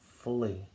fully